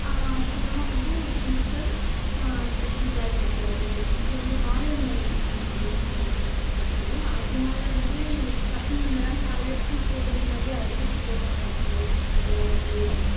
அதுக்கப்புறமா வந்து இப்போ ஸ்பெஷல் க்ளாஸ் இருக்கிறது இப்போ வந்து காலை உணவு திட்டம் அப்படின்னு சொல்லிட்டு ஒன்று வந்துருக்குது அதனால வந்து பசங்க முன்னாடிலாம் காலையில் ஸ்கூல் போகிறதுக்குனாவே அழுதுட்டு போவாங்க எங்கள் வீட்டு பக்கத்தில் தெருவலலாம்